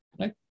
Right